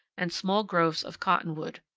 and small groves of cottonwood.